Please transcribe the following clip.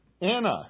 Anna